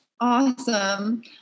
Awesome